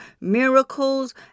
miracles